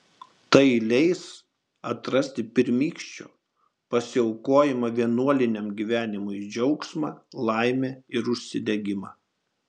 tai leis atrasti pirmykščio pasiaukojimo vienuoliniam gyvenimui džiaugsmą laimę ir užsidegimą